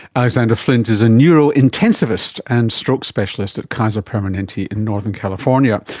alexander flint is a neurointensivist and stroke specialist at kaiser permanente in northern california.